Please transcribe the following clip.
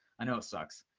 i know it sucks.